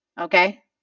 okay